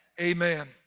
Amen